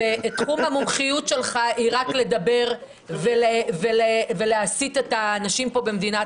המומחיות שלך היא רק לדבר ולהסית את האנשים פה במדינת